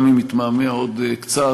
גם אם יתמהמה עוד קצת,